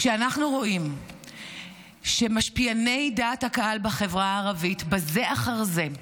כשאנחנו רואים שמשפיעני דעת הקהל בחברה הערבית מכחישים